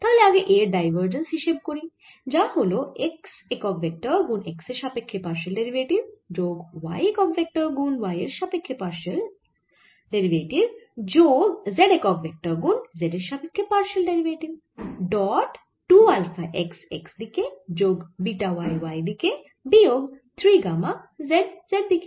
তাহলে আগে A এর ডাইভারজেন্স হিসেব করি যা হল x একক ভেক্টর গুন x এর সাপেক্ষ্যে পারশিয়াল যোগ y একক ভেক্টর গুন y এর সাপেক্ষ্যে পারশিয়াল যোগ z একক ভেক্টর গুন z এর সাপেক্ষ্যে partial dot 2 alpha x x দিকে যোগ বিটা y y দিকে বিয়োগ 3 গামা z z দিকে